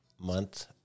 month